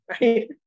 right